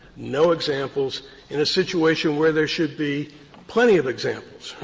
no examples, in a situation where there should be plenty of examples.